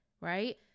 right